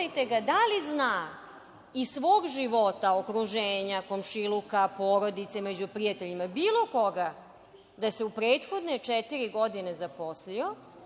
da li zna iz svog života, okruženja, komšiluka, porodice, među prijateljima, bilo koga da se u prethodne četiri godine zaposlio,